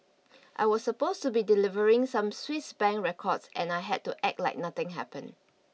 I was supposed to be delivering some Swiss bank records and I had to act like nothing happened